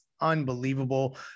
unbelievable